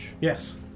Yes